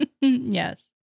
Yes